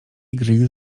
grill